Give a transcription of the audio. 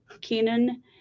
Keenan